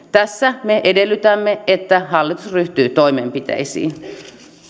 tässä me edellytämme että hallitus ryhtyy toimenpiteisiin